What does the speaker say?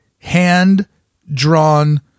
hand-drawn